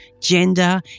gender